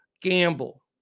gamble